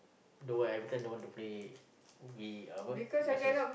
don't want everytime don't want to play we uh what versus